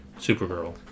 Supergirl